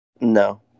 No